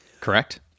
correct